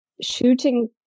shooting